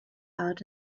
out